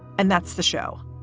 and that's the show.